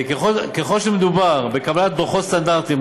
ככל שמדובר בקבלת דוחות סטנדרטיים,